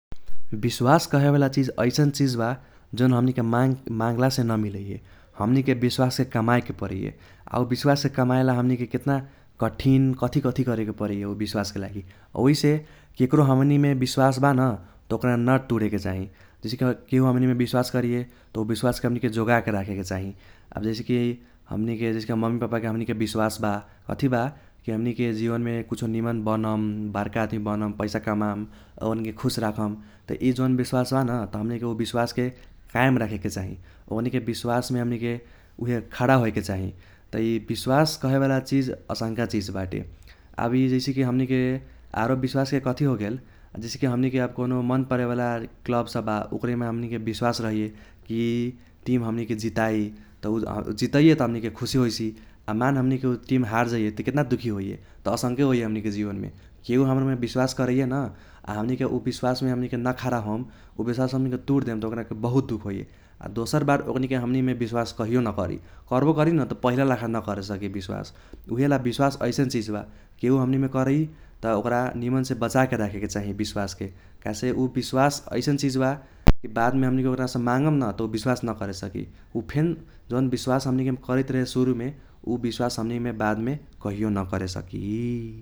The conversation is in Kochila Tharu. विश्वास कहे वाला चीज ऐसन चीज बा जौन हमनिके मांगलासे नमिलैये। हमनिके विश्वास कमाएके परैये। आ विश्वास कमएला हमनिके केतना कठिन कथी कथी करेके परैये उ विश्वासके लागि। ओइसे केक्रो हमनिमे विश्वास बा न त ओक्रा न तुरेके चाही। जैसेकी केहु हमनिमे विश्वास करैये त ऊ विश्वासके हमनिके जोगाके राखेके चाही। आब जैसेकी हमनिके जैसेकि मम्मी पापाके हमनिमे विश्वास बा कथी बा की हमनिके जीवनमे कुछ निमन बनम, बर्का आदमी बनम, पैसा कमाम आ ओकनीके खुश राखम त यी जौन विश्वास बा न त हमनिके ऊ विश्वासके कायम राखेके चाही। ओकनीके विश्वासमे हमनिके उहे खड़ा होइके चाही। त यी विश्वास कहे वाला चीज असंका चीज बाटे। आब इ जैसे की हमनिके आरों विश्वासके कथी होगेल जैसेकी हमनिके आब कौनो मन परेवाला क्लब सब बा आ ओकराके हमनिमे विश्वास रहैये की टीम हमनिके जिताई। त ऊ जितैये त हमनिके खुसी होइसि। आब मान हमनिके ऊ टीम हारजाई त केतना दुखी होईये त असंके होइये हमनिके जीवनमे। केहु हमनीमे विश्वास करैये न आ हमनिके ऊ विश्वासमे हमनिके न खरा होम, ऊ विश्वास हमनिके तुददेम त ओक्राके बहुत दुख होईये। आ दोसर बार ओकनीके हमनिमे विश्वास कहियो न करी। कर्बो करी न त पहिला लखा न करेसकी विश्वास। त ऊहेला विश्वास अैसन चीज बा की ऊ हमनिमे करी त ओक्रा निमनसे बचाके राखेके चाही विश्वासके। काहेसे ऊ विश्वास अैसन चीज बा की बादमे हमनिके तोहरासे मागम न त ऊ विश्वास न करे सकी । ऊ फेन जौन विश्वास हमनिके करैत रही सुरुमे ऊ विश्वास हमनिमे बादमे कहियो न करेसकी ।